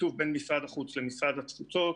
בשיתוף בין משרד החוץ למשרד התפוצות